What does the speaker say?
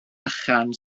bychan